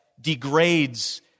degrades